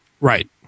Right